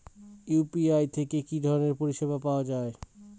UPI থেকে কি ধরণের পরিষেবা পাওয়া য়ায়?